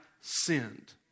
sinned